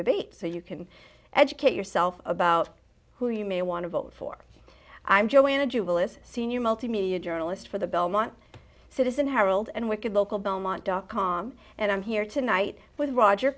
debate so you can educate yourself about who you may want to vote for i'm joanna jewell is senior multi me a journalist for the belmont citizen herald and wicked local belmont dot com and i'm here tonight with roger